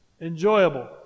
enjoyable